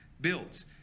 built